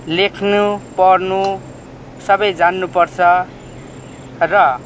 लेख्नु पढ्नु सबै जान्नु पर्छ र